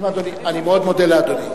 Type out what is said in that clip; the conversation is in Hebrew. אני מאוד מודה לאדוני.